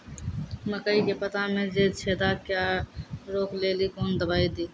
मकई के पता मे जे छेदा क्या रोक ले ली कौन दवाई दी?